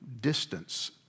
distance